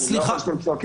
אני לא יכול כשאתם צועקים.